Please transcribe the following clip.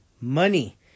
money